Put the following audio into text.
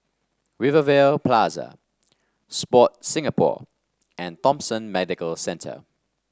Rivervale Plaza Sport Singapore and Thomson Medical Centre